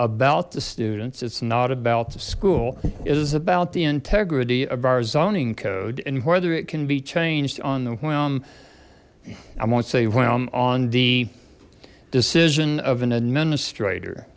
about the students it's not about to school it is about the integrity of our zoning code and whether it can be changed on the whim i won't say well i'm on the decision of an administrator